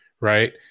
right